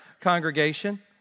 congregation